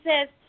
says